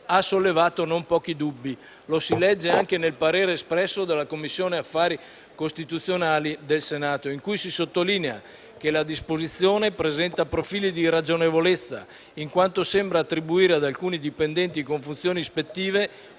ha sollevato non pochi dubbi. Lo si legge anche nel parere espresso dalla Commissione affari costituzionali del Senato, in cui si sottolinea che la disposizione presenta profili di irragionevolezza, in quanto sembra attribuire ad alcuni dipendenti con funzioni ispettive,